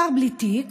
שר בלי תיק,